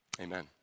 Amen